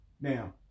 Now